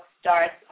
starts